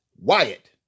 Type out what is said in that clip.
Wyatt